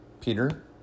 Peter